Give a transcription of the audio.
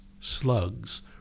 slugs